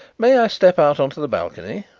may i step out on to the balcony?